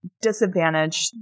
disadvantage